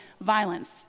violence